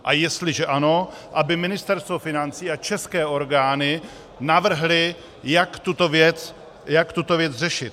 A jestliže ano, aby Ministerstvo financí a české orgány navrhly, jak tuto věc řešit.